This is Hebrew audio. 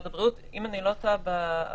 זה יכול להיות מנכ"ל משרד הבריאות.